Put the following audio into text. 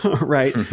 right